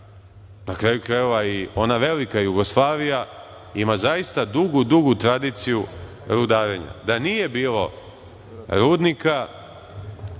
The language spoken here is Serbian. na kraju krajeva i ona velika Jugoslavija ima zaista dugu, dugu tradiciju rudarenja. Da nije bilo rudnika